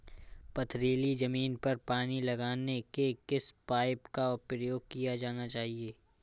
पथरीली ज़मीन पर पानी लगाने के किस पाइप का प्रयोग किया जाना चाहिए?